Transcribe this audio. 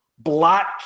Black